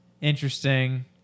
Interesting